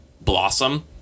blossom